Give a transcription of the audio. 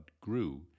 grew